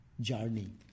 journey